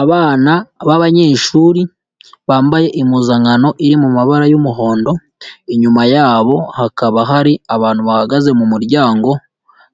Abana b'abanyeshuri bambaye impuzankano iri mu mabara y'umuhondo, inyuma yabo hakaba hari abantu bahagaze mu muryango,